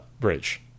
bridge